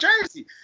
jersey